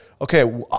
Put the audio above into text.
okay